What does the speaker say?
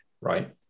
right